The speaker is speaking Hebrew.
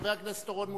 חבר הכנסת אורון מוזמן,